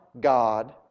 God